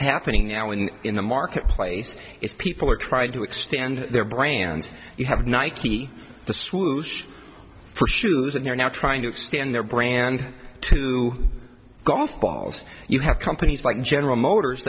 happening now and in the marketplace is people are trying to extend their brands you have nike swoosh for shoes and they're now trying to extend their brand to golf balls you have companies like general motors